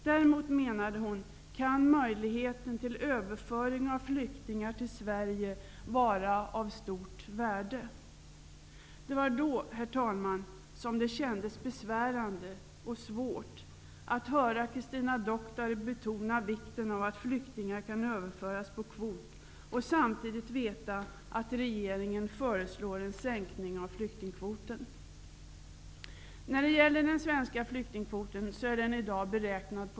Däremot, menade hon, kan möjligheten till överföring av flyktingar till Sverige vara av stort värde. Det var då, herr talman, som det kändes besvärande och svårt att höra Christina Doctare betona vikten av att flyktingar kan överföras på kvot, för samtidigt fanns ju vetskapen att regeringen föreslår en sänkning av flyktingkvoten.